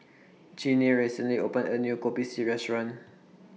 Jeannie recently opened A New Kopi C Restaurant